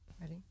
Ready